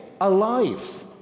alive